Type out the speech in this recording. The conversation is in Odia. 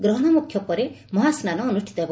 ଗ୍ରହଶ ମୋକ୍ଷ ପରେ ମହାସ୍ନାନ ଅନୁଷ୍ଠିତ ହେବ